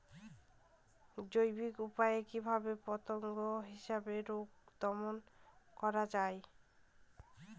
জৈবিক উপায়ে কিভাবে পতঙ্গ বাহিত রোগ দমন করা যায়?